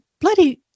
bloody